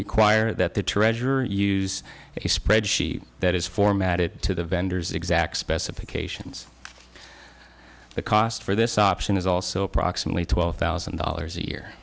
require that the treasurer use a spreadsheet that is formatted to the vendor's exact specifications the cost for this option is also approximately twelve thousand dollars a year